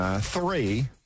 three